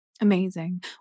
Amazing